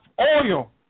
oil